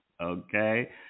Okay